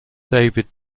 david